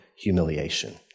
humiliation